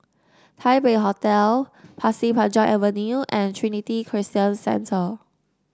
Taipei Hotel Pasir Panjang Avenue and Trinity Christian Centre